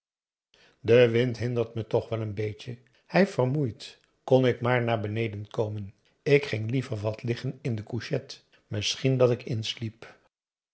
de wind hindert me toch wel een beetje hij vermoeit kon ik maar naar beneden komen ik ging liever wat liggen in de couchette misschien dat ik insliep